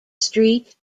street